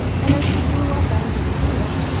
and as she grew up and improved,